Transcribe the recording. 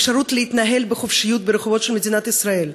על אפשרות להתנהל בחופשיות ברחובות מדינת ישראל,